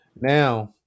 Now